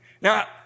Now